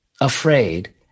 afraid